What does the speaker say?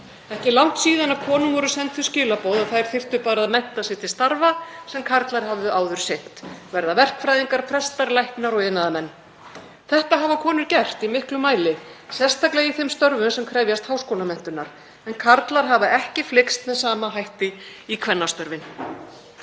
Ekki er langt síðan konum voru send þau skilaboð að þær þyrftu bara að mennta sig til starfa sem karlar höfðu áður sinnt; verða verkfræðingar, prestar, læknar og iðnaðarmenn. Þetta hafa konur gert í miklum mæli, sérstaklega í þeim störfum sem krefjast háskólamenntunar, en karlar hafa ekki flykkst með sama hætti í kvennastörfin.